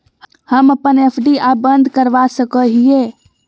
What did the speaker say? हम अप्पन एफ.डी आ बंद करवा सको हियै